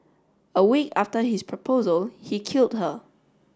a week after his proposal he killed her